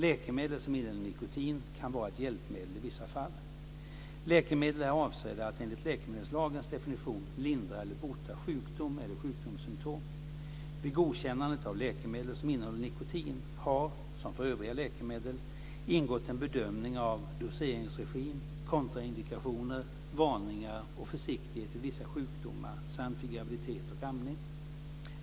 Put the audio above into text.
Läkemedel, som innehåller nikotin, kan vara ett hjälpmedel i vissa fall. Läkemedel är avsedda att enligt läkemedelslagens definition lindra eller bota sjukdom eller sjukdomssymtom. Vid godkännandet av läkemedel som innehåller nikotin har det, som för övriga läkemedel, ingått ett bedömning av doseringsregim, kontraindikationer, varningar och försiktighet vid vissa sjukdomar samt vid graviditet och amning.